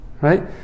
Right